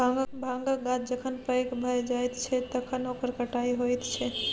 भाँगक गाछ जखन पैघ भए जाइत छै तखन ओकर कटाई होइत छै